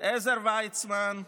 עזר ויצמן,